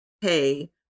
hey